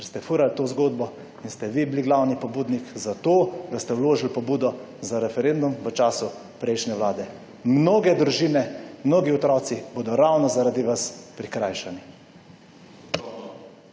ker ste furali to zgodbo in ste vi bili glavni pobudnik za to, da ste vložili pobudo za referendum v času prejšnje vlade. Mnoge družine, mnogi otroci bodo ravno zaradi vas prikrajšani.